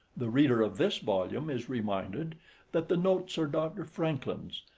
the reader of this volume is reminded that the notes are dr. francklin's,